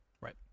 Right